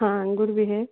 हाँ अंगूर भी है